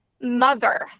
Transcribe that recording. mother